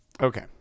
Okay